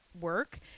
work